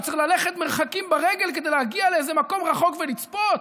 וצריך ללכת מרחקים ברגל כדי להגיע לאיזה מקום רחוק ולצפות.